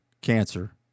cancer